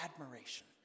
admiration